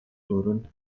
turun